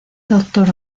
doctor